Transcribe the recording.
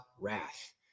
wrath